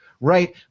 right